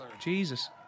Jesus